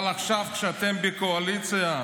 אבל עכשיו, כשאתם בקואליציה,